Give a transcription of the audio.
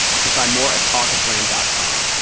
you can find more at caucusland dot com.